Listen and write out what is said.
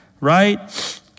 right